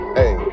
hey